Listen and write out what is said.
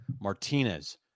Martinez